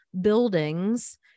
buildings